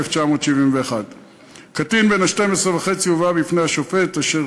התשל"א 1971. הקטין בן ה-12 וחצי הובא בפני שופט אשר